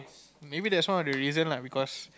maybe that's one of the reason lah because